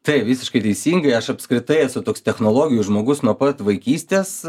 taip visiškai teisingai aš apskritai esu toks technologijų žmogus nuo pat vaikystės